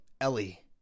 Ellie